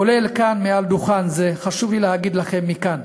כולל כאן, מעל דוכן זה, חשוב לי להגיד לכם מכאן,